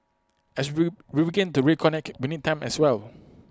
as we begin to reconnect we need time as well